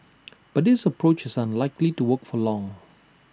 but this approach is unlikely to work for long